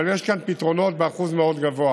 אבל יש כאן פתרונות באחוז מאוד גבוה